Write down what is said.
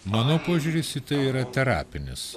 mano požiūris į tai yra terapinis